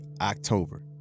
October